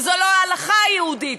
וזו לא ההלכה היהודית,